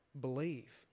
believe